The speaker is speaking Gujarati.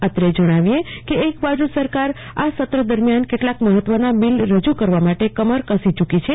અત્રે જણાવીએ કે એક બાજુ સરકાર આ સત્ર દરમિયાન કેટલાક મહત્વના બિલ રજુ કરવા માટે કમર કસી ચૂકી છે